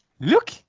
Look